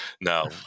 no